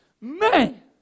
man